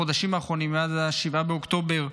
בחודשים האחרונים מאז 7 באוקטובר,